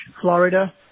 Florida